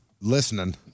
listening